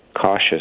cautious